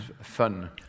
fun